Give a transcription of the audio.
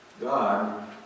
God